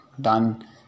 done